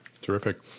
Terrific